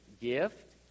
gift